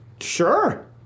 Sure